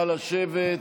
נא לשבת.